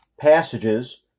passages